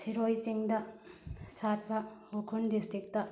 ꯁꯤꯔꯣꯏ ꯆꯤꯡꯗ ꯁꯥꯠꯄ ꯎꯈ꯭ꯔꯨꯜ ꯗꯤꯁꯇ꯭ꯔꯤꯛꯇ